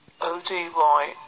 O-D-Y